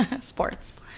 Sports